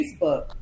Facebook